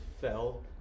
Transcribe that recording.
fell